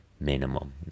minimum